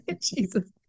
Jesus